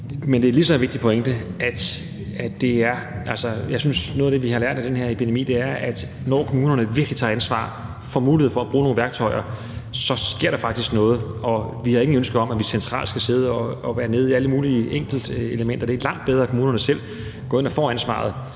men det er en lige så vigtig pointe, at noget af det, vi har lært af den her epidemi, er, at når kommunerne virkelig tager ansvar og får mulighed for at bruge nogle værktøjer, så sker der faktisk noget. Vi har ikke ønske om, at vi centralt skal sidde og være nede i alle mulige enkeltelementer. Det er langt bedre, at kommunerne selv får ansvaret.